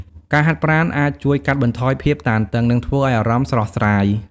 ការហាត់ប្រាណអាចជួយកាត់បន្ថយភាពតានតឹង និងធ្វើឲ្យអារម្មណ៍ស្រស់ស្រាយ។